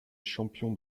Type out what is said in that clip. champion